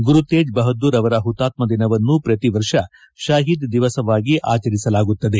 ಗುರುತೇಜ್ ಬಹದ್ದೂರ್ ಅವರ ಹುತಾತ್ತ ದಿನವನ್ನು ಪ್ರತಿ ವರ್ಷ ಶಹೀದ್ ದಿವಸ್ ಆಗಿ ಆಚರಿಸಲಾಗುತ್ತದೆ